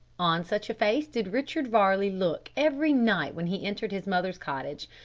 on such a face did richard varley look every night when he entered his mother's cottage.